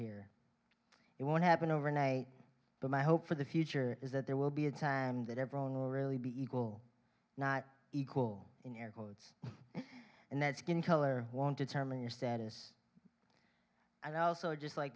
here it won't happen overnight but my hope for the future is that there will be a time that everyone will really be equal not equal in air quotes and that skin color want to terming your status and also just like